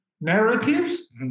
narratives